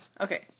Okay